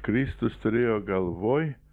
kristus turėjo galvoj